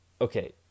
Okay